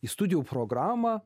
į studijų programą